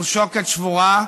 מול שוקת שבורה,